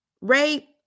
rape